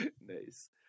Nice